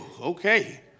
okay